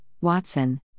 Watson